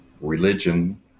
religion